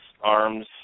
arms